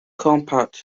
compact